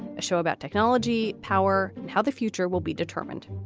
a show about technology, power and how the future will be determined.